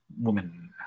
woman